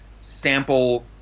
sample